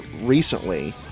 recently